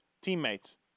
teammates